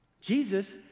Jesus